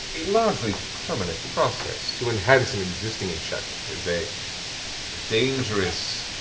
a largely permanent process. to enhance an existing enchantment is a dangerous